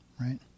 Right